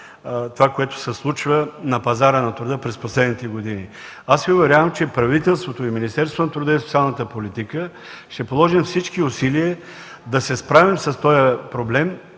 това, което се случва на пазара на труда през последните години. Уверявам Ви, че правителството и Министерството на труда и социалната политика ще положим всички усилия да се справим с този проблем